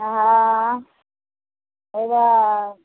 हेबे